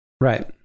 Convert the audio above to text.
Right